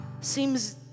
seems